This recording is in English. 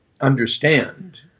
understand